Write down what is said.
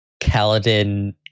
Kaladin